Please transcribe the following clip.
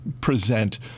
present